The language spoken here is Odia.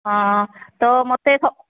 ହଁ ତ ମୋତେ ସ